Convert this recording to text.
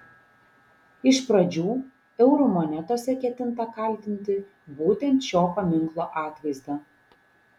iš pradžių eurų monetose ketinta kaldinti būtent šio paminklo atvaizdą